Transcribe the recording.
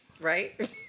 right